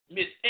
Miss